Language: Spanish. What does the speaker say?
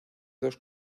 dos